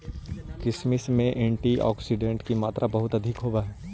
किशमिश में एंटीऑक्सीडेंट के मात्रा बहुत अधिक होवऽ हइ